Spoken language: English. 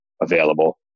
available